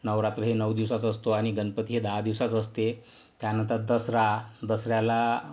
नवरात्र हे नऊ दिवसाचा असतो आणि गणपती हे दहा दिवसाचं असते त्यानंतर दसरा दसऱ्याला